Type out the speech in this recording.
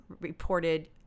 reported